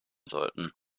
sollten